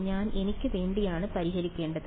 ഞാൻ എന്തിനുവേണ്ടിയാണ് പരിഹരിക്കേണ്ടത്